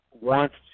wants